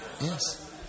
yes